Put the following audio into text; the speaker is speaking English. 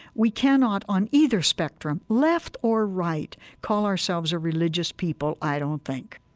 we cannot, on either spectrum, left or right, call ourselves a religious people, i don't think